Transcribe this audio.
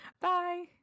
Bye